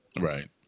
Right